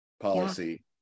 policy